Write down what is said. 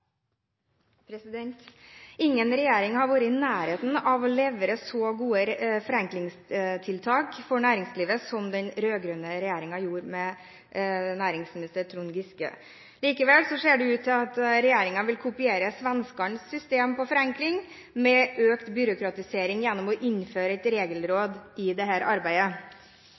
Ingen regjering har vært i nærheten av å levere så gode forenklingstiltak for næringslivet som den rød-grønne regjeringen gjorde under næringsminister Trond Giske. Likevel ser det ut til at regjeringen vil kopiere svenskenes system for forenkling, med økt byråkratisering gjennom å innføre et regelråd for dette arbeidet.